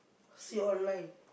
see online